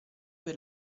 per